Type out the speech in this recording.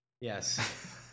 yes